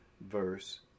verse